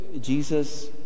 Jesus